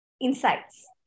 insights